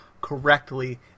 correctly